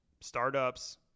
startups